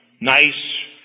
nice